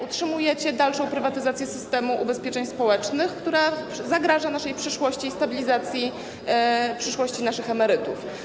Utrzymujecie dalszą prywatyzację systemu ubezpieczeń społecznych, która zagraża naszej przyszłości i stabilizacji przyszłości naszych emerytów.